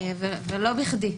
ולא בכדי.